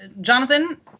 Jonathan